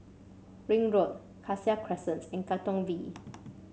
Ring Road Cassia Crescent and Katong V